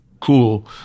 cool